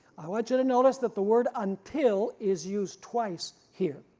i want you to notice that the word, until is used twice here.